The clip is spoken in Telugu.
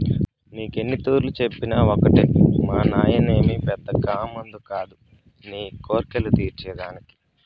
నీకు ఎన్నితూర్లు చెప్పినా ఒకటే మానాయనేమి పెద్ద కామందు కాదు నీ కోర్కెలు తీర్చే దానికి